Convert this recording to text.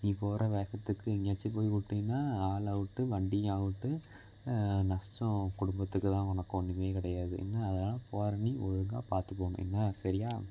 நீ போகிற வேகத்துக்கு எங்கேயாச்சும் போய் விட்டீன்னா ஆலவுட்டு வண்டியும் அவுட்டு நஸ்டம் உன் குடும்பத்துக்குதான் உனக்கு ஒன்றுமே கிடையாது என்ன அதனால் போகிற நீ ஒழுங்காக பார்த்து போகணும் என்ன சரியா